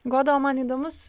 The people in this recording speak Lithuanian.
goda o man įdomus